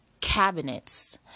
cabinets